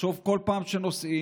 לחשוב בכל פעם שנוסעים,